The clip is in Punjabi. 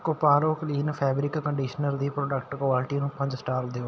ਕੋਪਾਰੋ ਕਲੀਨ ਫੈਬਰਿਕ ਕੰਡੀਸ਼ਨਰ ਦੀ ਪ੍ਰੋਡਕਟ ਕੁਆਲਿਟੀ ਨੂੰ ਪੰਜ ਸਟਾਰ ਦਿਓ